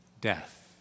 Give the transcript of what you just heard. death